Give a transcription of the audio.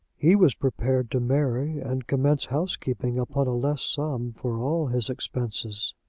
he was prepared to marry and commence housekeeping upon a less sum for all his expenses.